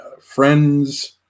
friend's